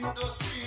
industry